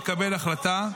נקבל החלטה.